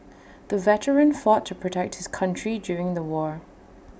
the veteran fought to protect his country during the war